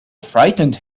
frightened